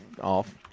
off